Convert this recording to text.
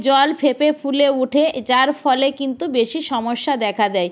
জল ফেঁপে ফুলে ওঠে যার ফলে কিন্তু বেশি সমস্যা দেখা দেয়